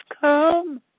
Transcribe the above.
come